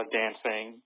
dancing